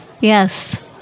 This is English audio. Yes